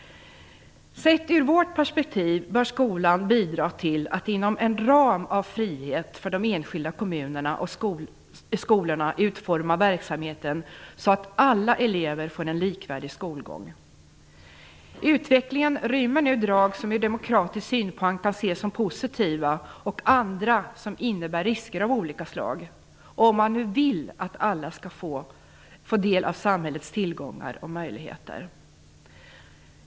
Sett från vårt perspektiv bör skolan bidra till att inom en ram av frihet för de enskilda kommunerna och skolorna utforma verksamheten så att alla elever får en likvärdig skolgång. Utvecklingen rymmer nu drag som från demokratisk synpunkt kan ses som positiva och andra som innebär risker av olika slag, om man nu vill att alla skall få del av samhällets tillgångar och möjligheter.